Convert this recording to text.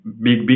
big